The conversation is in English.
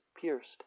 pierced